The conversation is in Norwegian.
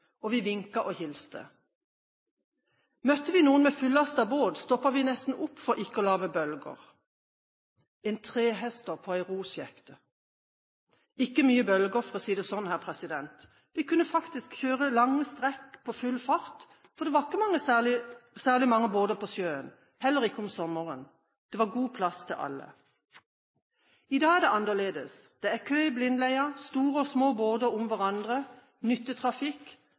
og vi vinket og hilste. Møtte vi noen med fullastet båt, stoppet vi nesten opp for ikke å lage bølger – en trehester på en rosjekte, ikke mye bølger, for å si det sånn! Vi kunne faktisk kjøre lange strekk på full fart, for det var ikke særlig mange båter på sjøen, heller ikke om sommeren. Det var god plass til alle. I dag er det annerledes. Det er kø i Blindleia, store og små båter om hverandre, nyttetrafikk,